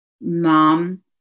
mom